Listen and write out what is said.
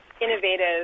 innovative